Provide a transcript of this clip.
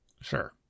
Sure